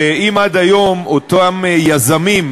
ואם עד היום אותם יזמים,